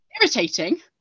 Irritating